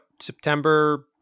September